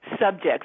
subjects